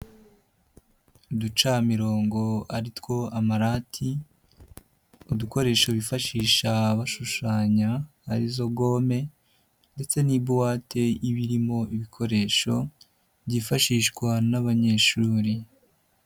Uducamirongo ari two amarati, udukoresho bifashisha bashushanya arizo gome, ndetse n' buwate ibirimo ibikoresho byifashishwa n'abanyeshuri.